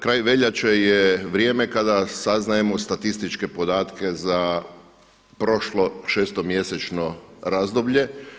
Kraj veljače je vrijeme kada saznajemo statističke podatke za prošlo 6.-to mjesečno razdoblje.